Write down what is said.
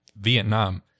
Vietnam